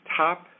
top